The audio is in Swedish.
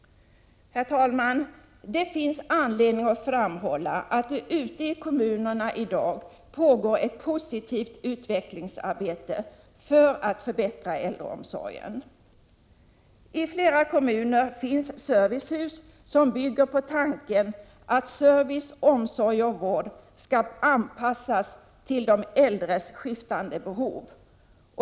Herr talman! Det finns anledning att framhålla att det ute i kommunerna i dag pågår ett positivt utvecklingsarbete för att förbättra äldreomsorgen. I flera kommuner finns servicehus som bygger på tanken att service, omsorg och vård skall anpassas till de äldres skiftande behov.